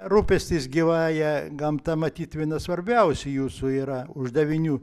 rūpestis gyvąja gamta matyt viena svarbiausių jūsų yra uždavinių